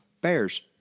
Bears